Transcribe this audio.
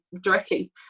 directly